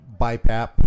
BIPAP